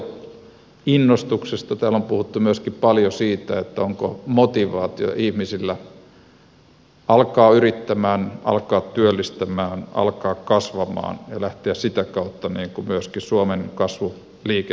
täällä on puhuttu myöskin paljon siitä onko ihmisillä motivaatio alkaa yrittää alkaa työllistää alkaa kasvaa ja sitä kautta voisi lähteä myöskin suomen kasvu liikenteeseen